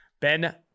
Ben